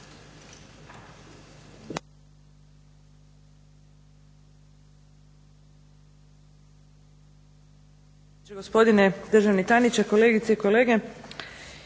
Hvala vam